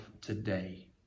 today